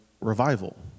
revival